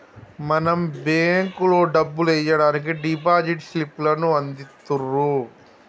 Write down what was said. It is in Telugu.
మనం బేంకులో డబ్బులు ఎయ్యడానికి డిపాజిట్ స్లిప్ లను అందిత్తుర్రు